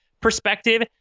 perspective